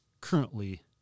currently